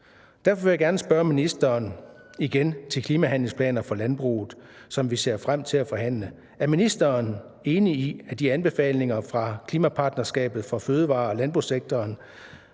Derfor vil jeg gerne spørge ministeren igen til klimahandlingsplaner for landbruget, som vi ser frem til at forhandle: Er ministeren enig i, at de anbefalinger fra klimapartnerskabet for fødevarer- og landbrugssektoren